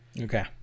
okay